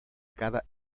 cada